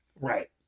Right